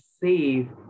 save